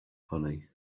funny